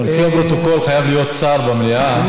לפי הפרוטוקול חייב להיות שר במליאה.